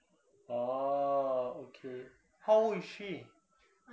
oh okay how old is she